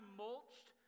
mulched